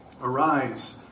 Arise